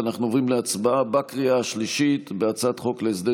אנחנו עוברים להצבעה בקריאה השלישית על הצעת חוק להסדר